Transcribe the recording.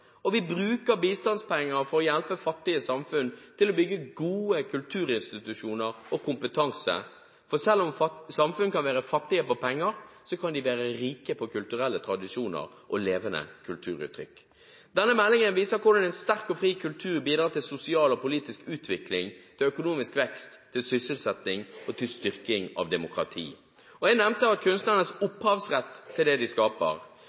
og vi bruker bistandspenger for å hjelpe fattige samfunn til å bygge gode kulturinstitusjoner og kompetanse. Selv om samfunn kan være fattig på penger, kan de være rike på kulturelle tradisjoner og levende kulturuttrykk. Denne meldingen viser hvordan en sterk og fri kultur bidrar til sosial og politisk utvikling, til økonomisk vekst, til sysselsetting og til styrking av demokrati. Jeg nevnte kunstneres opphavsrett til det de skaper.